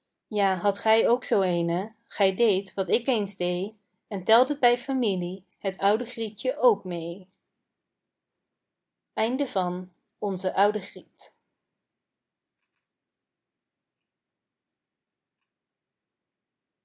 ja hadt gij ook zoo eene gij deedt wat ik eens dee en teldet bij familie het oude grietje ook meê